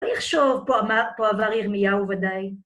תחשוב, פה עבר ירמייהו וודאי.